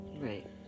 Right